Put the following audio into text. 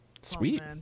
Sweet